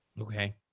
Okay